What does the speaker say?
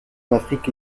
afrique